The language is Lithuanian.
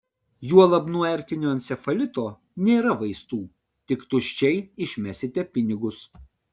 juolab nuo erkinio encefalito nėra vaistų tik tuščiai išmesite pinigus